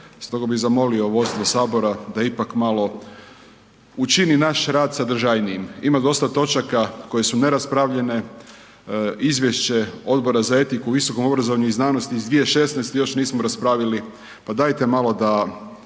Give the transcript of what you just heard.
Stoga bi zamolio vodstvo sabora da ipak malo učini naš rad sadržajnijim. Ima dosta točaka koje su neraspravljene, izvješće Odbora za etiku u visokom obrazovanju i znanosti iz 2016. još nismo raspravili, pa dajte malo da